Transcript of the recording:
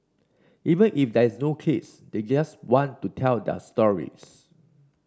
even if there is no case they just want to tell their stories